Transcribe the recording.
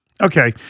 Okay